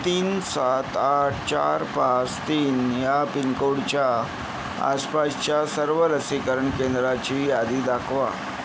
तीन सात आठ चार पाच तीन या पिनकोडच्या आसपासच्या सर्व लसीकरण केंद्राची यादी दाखवा